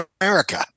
America